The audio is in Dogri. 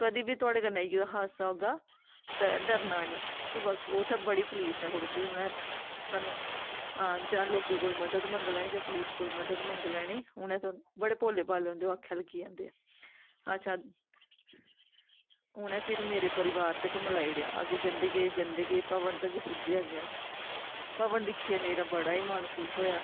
कदें बी तोआड़े कन्नै इयो हादसा होगा ते डरना निं सगों उत्थें बड़ी पुलिस ऐ खड़ोती दी उ'नें तोआनूं हां जां लोकें कोला मदद मंगी लैनी जां पुलिस कोला मदद मंगी लैनी उ'नें तु बड़े बोले भाले होंदे ओह् आक्खै लग्गी जंदे अच्छा उ'नें फिर मेरे परिवार तक मलाई ओड़ेआ अग्गें जंदे गे जंदे गे भवन तक पुज्जे अग्गें असीं भवन दिक्खियै मेरा बड़ा ही मन खुश होएआ